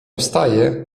wstaje